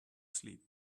sleep